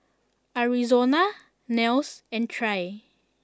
Arizona Nels and Trae